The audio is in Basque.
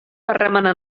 harremana